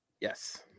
Yes